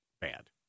Bad